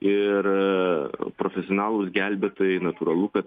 ir profesionalūs gelbėtojai natūralu kad